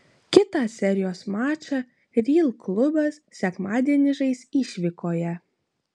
kitą serijos mačą real klubas sekmadienį žais išvykoje